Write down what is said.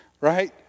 right